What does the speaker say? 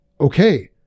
okay